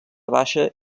baixa